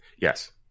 Yes